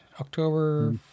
October